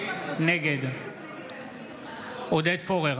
נגד עודד פורר